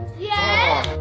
yeah!